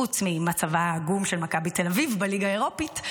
חוץ ממצבה העגום של מכבי תל אביב בליגה האירופית,